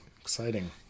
Exciting